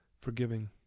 forgiving